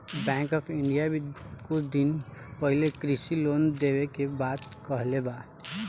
bank of India भी कुछ दिन पाहिले कृषि लोन देवे के बात कहले बा